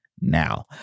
now